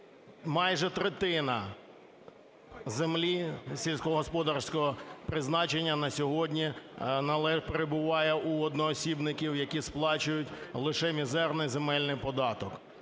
майже третина землі сільськогосподарського призначення на сьогодні перебуває у одноосібників, які сплачують лише мізерний земельний податок.